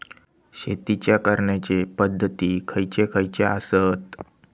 शेतीच्या करण्याचे पध्दती खैचे खैचे आसत?